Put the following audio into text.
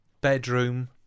bedroom